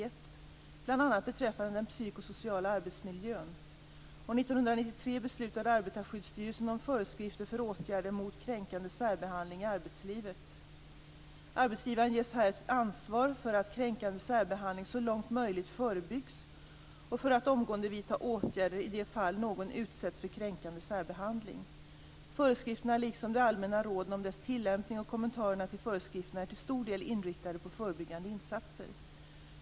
1993 beslutade Arbetarskyddsstyrelsen om föreskrifter för åtgärder mot kränkande särbehandling i arbetslivet . Arbetsgivaren ges här ett ansvar för att kränkande särbehandling så långt möjligt förebyggs och för att omgående vidta åtgärder i de fall någon utsätts för kränkande särbehandling. Föreskrifterna, liksom de allmänna råden om deras tillämpning och kommentarerna till föreskrifterna, är till stor del inriktade på förebyggande insatser.